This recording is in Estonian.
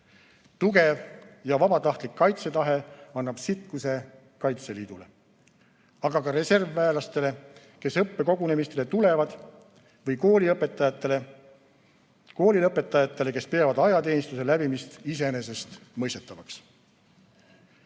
Tugev ja vabatahtlik kaitsetahe annab sitkuse Kaitseliidule, aga ka reservväelastele, kes õppekogunemistele tulevad, või koolilõpetajatele, kes peavad ajateenistuse läbimist iseenesestmõistetavaks.